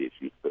issues